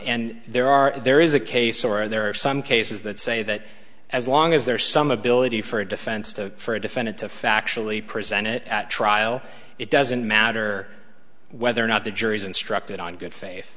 and there are there is a case where there are some cases that say that as long as there is some ability for a defense to for a defendant to factually presented at trial it doesn't matter whether or not the jury's instructed on good fa